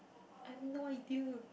I have no idea